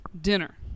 dinner